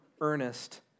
earnest